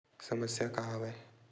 समस्या का आवे?